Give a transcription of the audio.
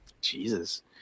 Jesus